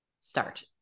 start